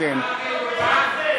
לא, זה יותר טוב.